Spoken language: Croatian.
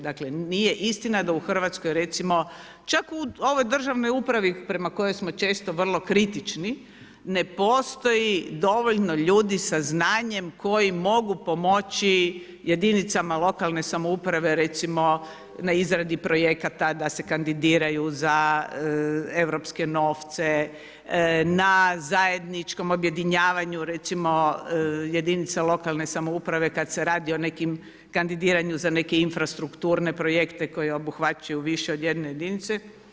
Dakle nije istina da u Hrvatskoj recimo, čak u ovoj državnoj upravi prema kojoj smo često vrlo kritični ne postoji dovoljno ljudi sa znanjem koji mogu pomoći jedinicama lokalne samouprave recimo na izradi projekata da se kandidiraju za europske novce, na zajedničkom objedinjavanju recimo jedinica lokalne samouprave kada se radi o nekim, kandidiranju za neke infrastrukturne projekte koji obuhvaćaju više od jedne jedinice.